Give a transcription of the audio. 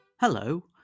Hello